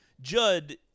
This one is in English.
Judd